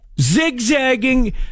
Zigzagging